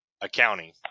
accounting